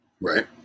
right